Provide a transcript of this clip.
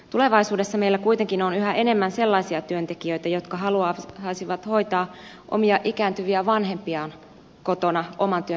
tulevaisuudessa meillä kuitenkin on yhä enemmän sellaisia työntekijöitä jotka haluaisivat hoitaa omia ikääntyviä vanhempiaan kotona oman työnsä ohella